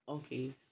Okay